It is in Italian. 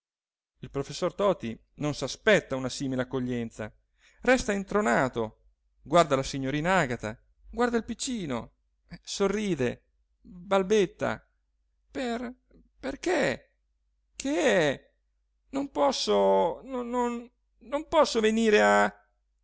il professor toti non s'aspetta una simile accoglienza resta intronato guarda la signorina agata guarda il piccino sorride balbetta per perché che è non posso non posso venire a